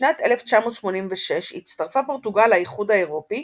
בשנת 1986 הצטרפה פורטוגל לאיחוד האירופי